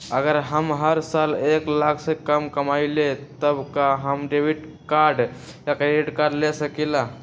अगर हम हर साल एक लाख से कम कमावईले त का हम डेबिट कार्ड या क्रेडिट कार्ड ले सकीला?